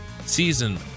season